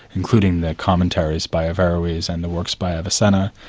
including their commentaries by averroes and the works by avincenna,